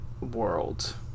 world